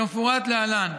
כמפורט להלן: